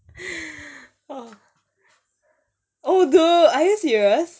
oh dude are you serious